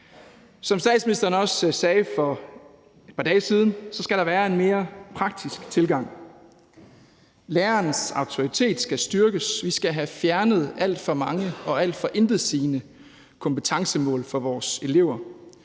Som statsministeren også sagde for et par dage siden, skal der være en mere praktisk tilgang, lærerens autoritet skal styrkes, og vi skal have fjernet alt for mange og alt for intetsigende kompetencemål for vores elever.